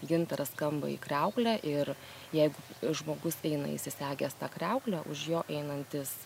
gintaras skamba į kriauklę ir jeigu žmogus eina įsisegęs tą kriauklę už jo einantis